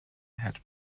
had